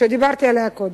שדיברתי עליה קודם.